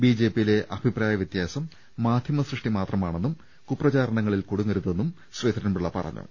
B J P യിലെ അഭിപ്രായ വൃത്യാസം മാധ്യമസൃഷ്ടി മാത്രമാണെന്നും കുപ്രച രണങ്ങളിൽ കുടുങ്ങരു തെന്നും പ്രശീധ രൻപിള്ള പറഞ്ഞു